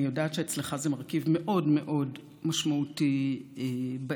אני יודעת שאצלך זה מרכיב מאוד מאוד משמעותי באתוס,